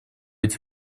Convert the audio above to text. эти